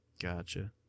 gotcha